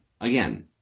again